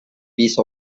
piece